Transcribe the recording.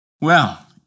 Well